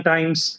Times